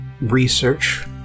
research